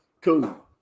cool